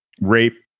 rape